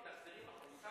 תחזרי בך.